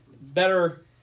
better